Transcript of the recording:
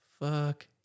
fuck